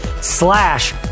slash